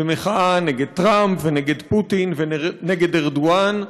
במחאה נגד טראמפ, נגד פוטין ונגד ארדואן,